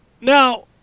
Now